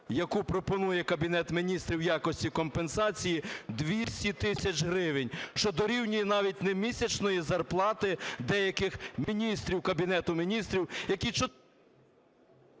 яку пропонує Кабінет Міністрів в якості компенсації, 200 тисяч гривень, що дорівнює навіть не місячній зарплаті деяких міністрів Кабінету Міністрів, які…